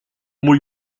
mój